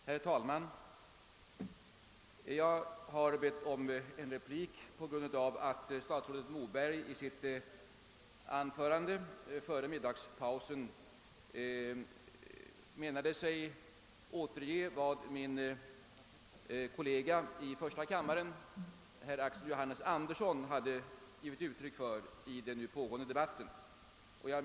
Herr talman! Jag har begärt ordet för replik med anledning av att statsrådet Moberg i sitt anförande före middagspausen återgav vad min kollega i första kammaren herr Axel Johannes Andersson skulle ha yttrat i den pågående debatten.